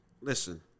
listen